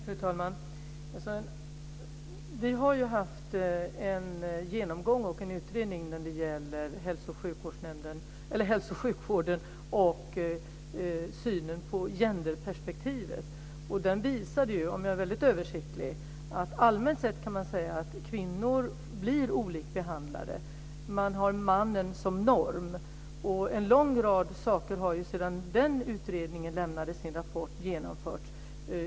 Fru talman! Vi har haft en genomgång och en utredning när det gäller hälso och sjukvården och synen på genderperspektivet. Om jag är väldigt översiktlig kan jag säga att den visade att man allmänt sett kan säga att kvinnor blir behandlade annorlunda. Man har mannen som norm. Sedan den utredningen lämnade sin rapport har ju en lång rad saker genomförts.